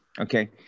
Okay